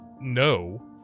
no